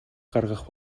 гаргах